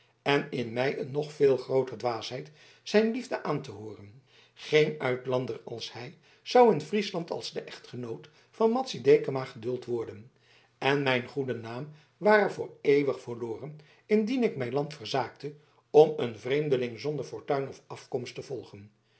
en in mij een nog veel grooter dwaasheid zijn liefde aan te hooren geen uitlander als hij zou in friesland als de echtgenoot van madzy dekama geduld worden en mijn goede naam ware voor eeuwig verloren indien ik mijn land verzaakte om een vreemdeling zonder fortuin of afkomst te volgen